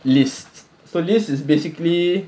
list so list is basically